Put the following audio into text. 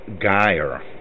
Geyer